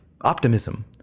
optimism